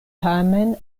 tamen